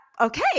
okay